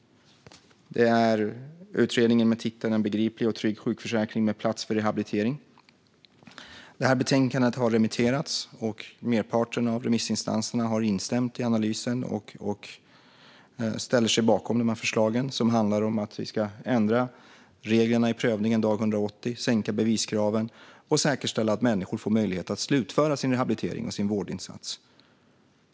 Jag har här utredningen med titeln En begriplig och trygg sjukförsäkring med plats för rehabilitering . Betänkandet har remitterats, och merparten av remissinstanserna har instämt i analysen och ställer sig bakom förslagen som handlar om att vi ska ändra reglerna i prövningen dag 180, sänka beviskraven och säkerställa att människor får möjlighet att slutföra sin rehabilitering och sin vårdinsats.